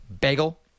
bagel